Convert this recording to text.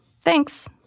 Thanks